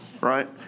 Right